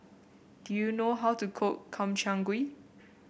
do you know how to cook Makchang Gui